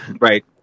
right